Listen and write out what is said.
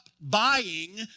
buying